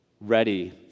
ready